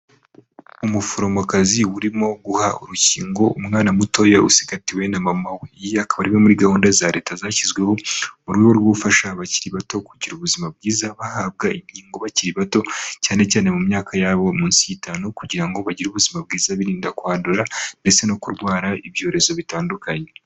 Umuforomokazi urimo guha urukingo umwana mutoya usigatiwe na mama we, iyi akaba ari imwe muri gahunda za leta zashyizweho, mu rwego rwo gufasha abakiri bato kugira ubuzima bwiza, bahabwa inkingo bakiri bato, cyane cyane mu myaka yabo munsi y'itanu, kugira ngo bagire ubuzima bwiza birinda kwandura ndetse no kurwara ibyorezo bitandukanye.